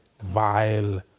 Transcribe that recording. vile